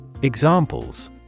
Examples